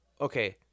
Okay